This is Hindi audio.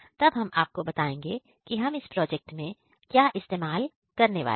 तब हम आपको बताएंगे कि हम इस प्रोजेक्ट में हम क्या इस्तेमाल करने वाले हैं